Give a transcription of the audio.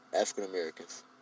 African-Americans